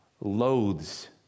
loathes